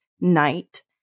night